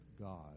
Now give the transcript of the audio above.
God